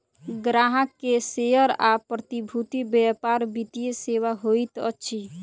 ग्राहक के शेयर आ प्रतिभूति व्यापार वित्तीय सेवा होइत अछि